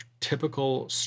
typical